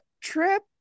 trip